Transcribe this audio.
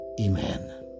Amen